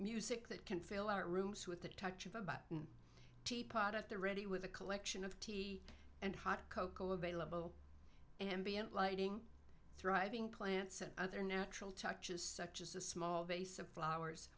music that can fill out rooms with the touch of a button teapot at the ready with a collection of tea and hot cocoa available ambient lighting thriving plants and other natural touches such as a small vase of flowers